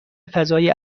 فضای